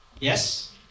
Yes